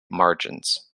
margins